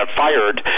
fired